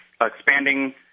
expanding